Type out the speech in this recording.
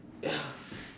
ya